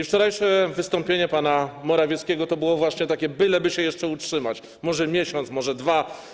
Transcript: Wczorajsze wystąpienie pana Morawieckiego było właśnie takie: byleby się jeszcze utrzymać, może miesiąc, może dwa.